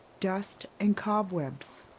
dust and cobwebs.